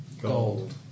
gold